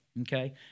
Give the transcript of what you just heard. Okay